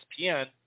ESPN